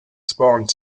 spawned